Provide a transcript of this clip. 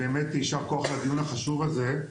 יישר כוח לדיון החשוב הזה.